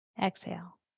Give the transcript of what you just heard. Exhale